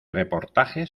reportajes